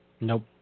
Nope